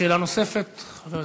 שאלה נוספת, חבר הכנסת.